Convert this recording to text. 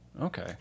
Okay